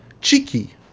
cheeky